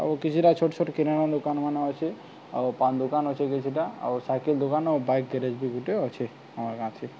ଆଉ କିଛିଟା ଛୋଟ୍ ଛୋଟ୍ କିରାନା ଦୋକାନ୍ ମାନେ ଅଛେ ଆଉ ପାନ୍ ଦୋକାନ୍ ଅଛେ କିଛିଟା ଆଉ ସାଇକେଲ୍ ଦୋକାନ୍ ଆଉ ବାଇକ୍ ଗେରେଜ୍ ବି ଗୁଟେ ଅଛେ ଆମର୍ ଗାଁ'ଥି